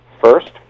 First